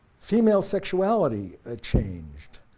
female sexuality ah changed.